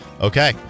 Okay